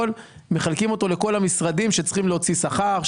ומחלקים אותו לכל המשרדים שצריכים להוציא שכר,